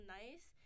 nice